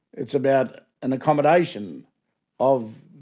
it's about an accommodation of